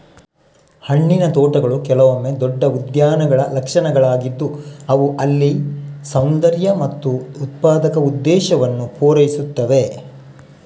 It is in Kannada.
ಹಣ್ಣಿನ ತೋಟಗಳು ಕೆಲವೊಮ್ಮೆ ದೊಡ್ಡ ಉದ್ಯಾನಗಳ ಲಕ್ಷಣಗಳಾಗಿದ್ದು ಅವು ಅಲ್ಲಿ ಸೌಂದರ್ಯ ಮತ್ತು ಉತ್ಪಾದಕ ಉದ್ದೇಶವನ್ನು ಪೂರೈಸುತ್ತವೆ